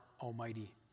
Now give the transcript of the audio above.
almighty